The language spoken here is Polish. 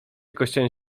kościołem